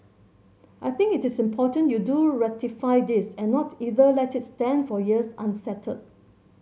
I think it is important you do ratify this and not either let it stand for years unsettled